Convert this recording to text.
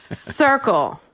circle.